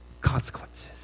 consequences